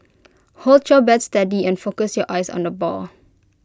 hold your bat steady and focus your eyes on the ball